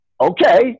okay